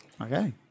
Okay